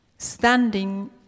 Standing